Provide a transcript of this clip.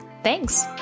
Thanks